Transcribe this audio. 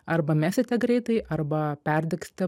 arba mesite greitai arba perdegsite